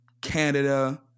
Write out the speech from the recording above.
Canada